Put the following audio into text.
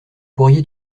pourriez